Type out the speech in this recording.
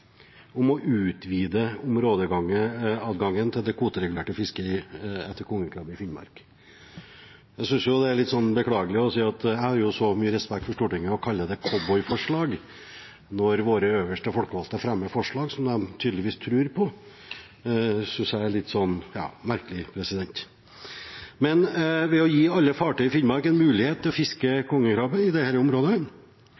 om å utvide områdeadgangen til det kvoteregulerte fisket etter kongekrabbe i Finnmark. Jeg har så mye respekt for Stortinget at å kalle det cowboy-forslag når våre øverste folkevalgte fremmer forslag som de tydeligvis tror på, synes jeg er litt merkelig. Spørsmålet om å gi alle fartøy i Finnmark en mulighet til å fiske